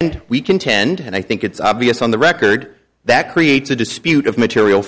and we contend and i think it's obvious on the record that creates a dispute of material